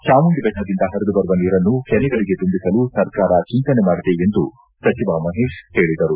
ಚಾಮುಂಡಿ ಬೆಟ್ಟದಿಂದ ಹರಿದು ಬರುವ ನೀರನ್ನು ಕೆರೆಗಳಿಗೆ ತುಂಬಿಸಲು ಸರ್ಕಾರ ಚಿಂತನೆ ಮಾಡಿದೆ ಎಂದು ಸಚಿವ ಮಹೇಶ್ ಹೇಳಿದರು